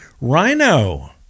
Rhino